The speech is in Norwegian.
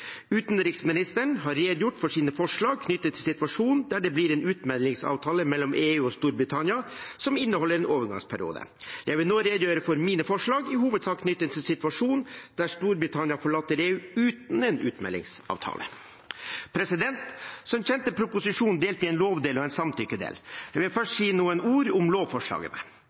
Utenriksministeren har redegjort for sine forslag knyttet til en situasjon der det blir en utmeldingsavtale mellom EU og Storbritannia, som inneholder en overgangsperiode. Jeg vil nå redegjøre for mine forslag, i hovedsak knyttet til en situasjon der Storbritannia forlater EU uten en utmeldingsavtale. Som kjent er proposisjonen delt i en lovdel og en samtykkedel. Jeg vil først si noen ord om lovforslagene.